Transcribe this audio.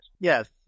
Yes